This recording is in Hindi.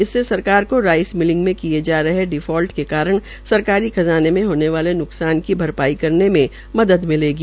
इससे सरकार को राइस मिलिंग में किये जा रहे डिफालट के कारण सरकारी खज़ाने को होने वाले नुकसान के भरपाई करने में मदद मिलेगी